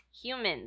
humans